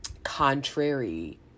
contrary